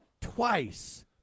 twice